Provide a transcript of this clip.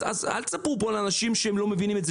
אז אל תספרו פה לאנשים שהם לא מבינים את זה